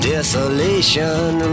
Desolation